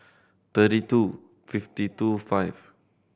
thirty two fifty two five